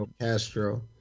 Castro